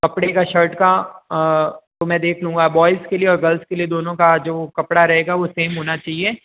कपड़े का शर्ट का मैं देख लूँगा बॉयज के लिए और गर्ल्स के लिए दोनों का जो कपड़ा रहेगा वो सेम होना चाहिए